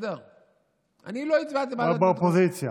מה עשיתם?